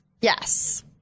Yes